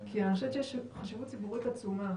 יש חשיבות ציבורית לתשומה.